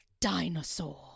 dinosaur